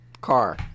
car